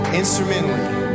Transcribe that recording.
instrumentally